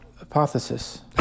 hypothesis